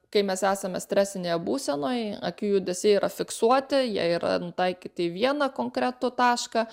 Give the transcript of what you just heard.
kai mes esame stresinėje būsenoj akių judesiai yra fiksuoti jie yra nutaikyti į vieną konkretų tašką